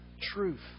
truth